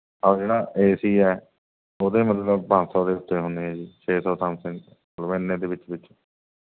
ਔਰ ਜਿਹੜਾ ਏਸੀ ਹੈ ਉਹਦੇ ਮਤਲਬ ਪੰਜ ਸੌ ਦੇ ਉੱਤੇ ਹੁੰਦੇ ਹੈ ਜੀ ਛੇ ਸੌ ਸਮਥਿੰਗ ਇੰਨੇ ਦੇ ਵਿੱਚ ਵਿੱਚ